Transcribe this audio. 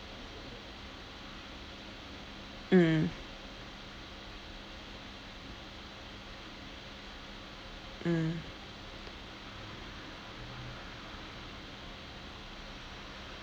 mm mm